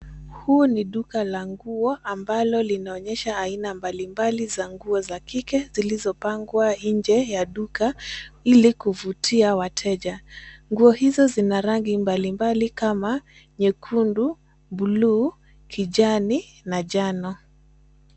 Huu ni duka la nguo ambalo linaonyesha aina mbalimbali za nguo za kike zilizopangwa nje ya duka ili kuvutia wateja. Nguo hizo zina rangi mbalimbali kama nyekundu, bluu, kijani na njano.